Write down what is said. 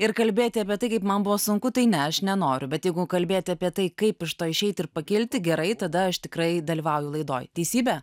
ir kalbėti apie tai kaip man buvo sunku tai ne aš nenoriu bet jeigu kalbėti apie tai kaip iš to išeiti ir pakilti gerai tada aš tikrai dalyvauju laidoj teisybė